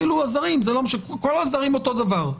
כל העזרים אותו דבר.